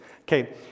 Okay